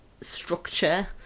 structure